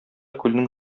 күлнең